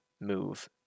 move